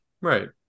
right